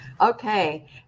okay